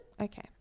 Okay